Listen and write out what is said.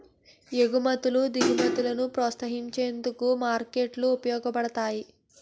ఎగుమతులు దిగుమతులను ప్రోత్సహించేందుకు మార్కెట్లు ఉపయోగపడతాయి